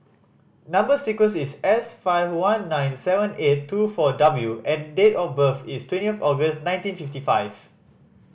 number sequence is S five one nine seven eight two four W and date of birth is twenty August nineteen fifty five